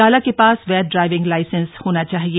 चालक के पास वैध ड्राइविंग लाइसेंस होना चाहिए